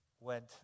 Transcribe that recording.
went